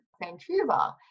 Vancouver